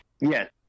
Yes